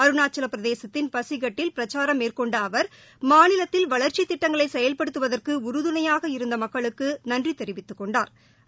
அருணாச்சவபிரதேசத்தின் பஷிகட்டில் பிரச்சாரம் மேற்கொண்டஅவர் மாநிலத்தில் வளர்ச்சித் திட்டங்களைசெயல்படுத்துவதற்குஉறுதுணையாக இருந்தமக்களுக்குநன்றிதெரிவித்துக் கொண்டாா்